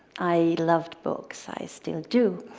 i loved books i still do.